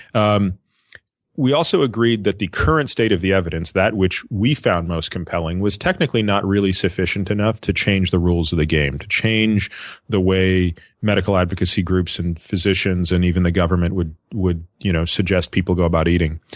um we also agreed that the current state of the evidence that which we found most compelling was technically not really sufficient enough to change the rules of the game, to change the way medical advocacy groups and physicians and even the government would would you know suggest people go about eating.